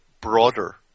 broader